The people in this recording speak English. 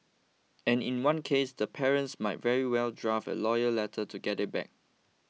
and in one case the parents might very well draft a lawyers letter to get it back